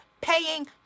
paying